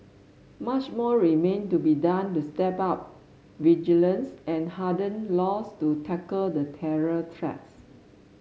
much more remain to be done to step up vigilance and harden laws to tackle the terror threat